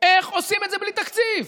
איך עושים את זה בלי תקציב?